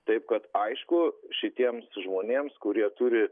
taip kad aišku šitiems žmonėms kurie turi